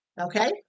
Okay